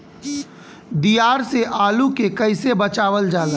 दियार से आलू के कइसे बचावल जाला?